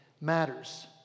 matters